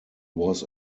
was